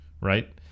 right